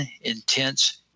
intense